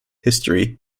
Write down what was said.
history